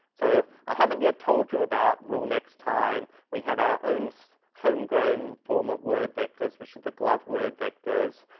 so, i haven't yet told you about will next time we have our own so homegrown form of word vectors which are the glove word vectors.